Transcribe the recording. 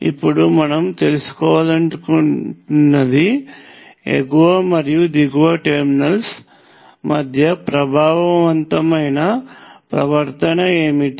ఇప్పుడు మనం తెలుసుకోవాలనుకుంటున్నది ఎగువ మరియు దిగువ టెర్మినల్స్ మధ్య ప్రభావవంతమైన ప్రవర్తన ఏమిటి